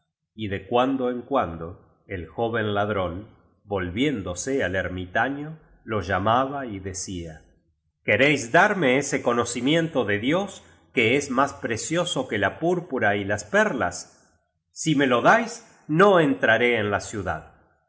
y de cuando en cuando el joven ladrón volviéndose al ermitaño lo llamaba y decía queréis darme ese conocimiento de dios que es más precioso que la púrpura y las perlas